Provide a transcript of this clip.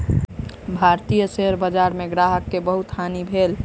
भारतीय शेयर बजार में ग्राहक के बहुत हानि भेल